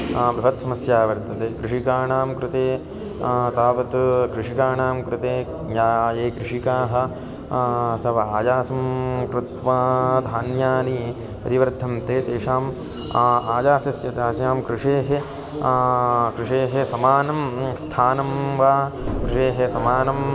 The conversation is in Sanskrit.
बृहत् समस्या वर्तते कृषकाणां कृते तावत् कृषकाणां कृते ज्ञा ये कृषिकाः स वा आयासं कृत्वा धान्यानि परिवर्तन्ते तेषां आयासस्य तास्यां कृषेः कृषेः समानं स्थानं वा कृषेः समानं